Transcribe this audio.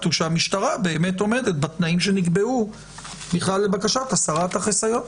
שהמשטרה באמת עומדת בתנאים שנקבעו להסרת החיסיון.